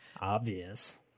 Obvious